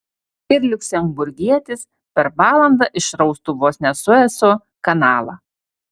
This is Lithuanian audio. ir liuksemburgietis per valandą išraustų vos ne sueco kanalą